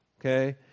okay